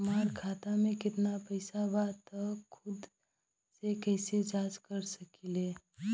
हमार खाता में केतना पइसा बा त खुद से कइसे जाँच कर सकी ले?